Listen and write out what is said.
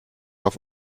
auf